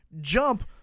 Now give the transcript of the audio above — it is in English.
Jump